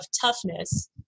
toughness